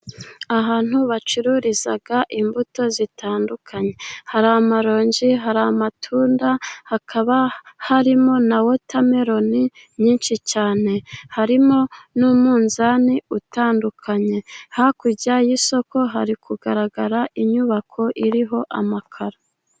Ahantu bacururiza imbuto zitandukanye, hari amaronji, hari amatunda, hakaba harimo na wotameloni nyinshi cyane, harimo n’umunzani utandukanye. Hakurya y’isoko hari kugaragara inyubako iriho amakaro.